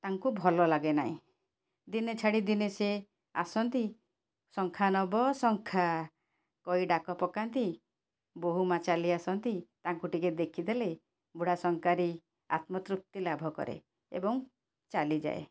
ତାଙ୍କୁ ଭଲ ଲାଗେ ନାହିଁ ଦିନେ ଛାଡ଼ି ଦିନେ ସେ ଆସନ୍ତି ଶଙ୍ଖା ନେବ ଶଙ୍ଖା କହି ଡାକ ପକାନ୍ତି ବୋହୂମାଆ ଚାଲି ଆସନ୍ତି ତାଙ୍କୁ ଟିକେ ଦେଖିଦେଲେ ବୁଢ଼ା ଶଙ୍ଖାରି ଆତ୍ମ ତୃପ୍ତି ଲାଭ କରେ ଏବଂ ଚାଲିଯାଏ